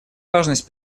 важность